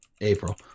April